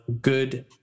good